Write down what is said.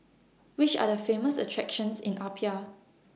Which Are The Famous attractions in Apia